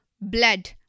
blood